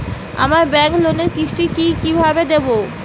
আমার ব্যাংক লোনের কিস্তি কি কিভাবে দেবো?